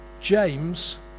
James